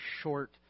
short